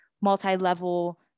multi-level